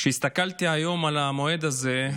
כשהסתכלתי היום על המועד הזה,